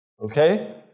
Okay